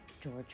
George